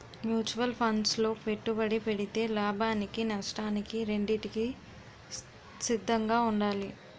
mutual funds లో పెట్టుబడి పెడితే లాభానికి నష్టానికి రెండింటికి సిద్ధంగా ఉండాలి